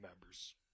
members